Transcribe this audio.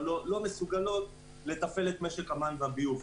אבל לא מסוגלות לתפעל את משק המים והביוב.